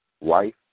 wife